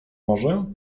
może